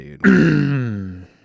dude